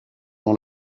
dans